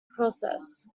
process